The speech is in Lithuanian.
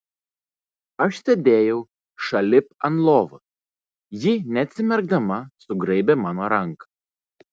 aš sėdėjau šalip ant lovos ji neatsimerkdama sugraibė mano ranką